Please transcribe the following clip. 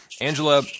Angela